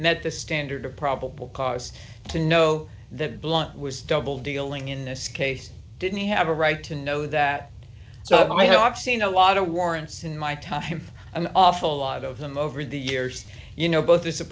met the standard of probable cause to know that blunt was double dealing in this case didn't he have a right to know that so i've seen a lot of warrants in my time an awful lot of them over the years you know both